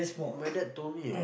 my dad told me